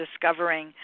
discovering